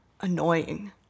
annoying